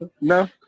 No